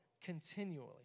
continually